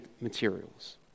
materials